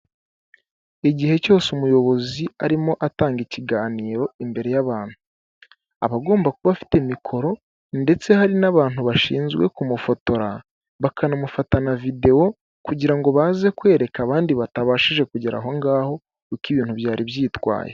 Igihe cyose umuyobozi arimo atanga ikiganiro imbere y'abantu abagomba kuba afite mikoro ndetse hari n'abantu bashinzwe kumufotora bakanamufatana na videwo kugira ngo baze kwereka abandi batabashije kugera ahongaho uko ibintu byari byitwaye.